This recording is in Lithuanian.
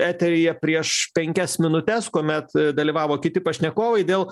eteryje prieš penkias minutes kuomet dalyvavo kiti pašnekovai dėl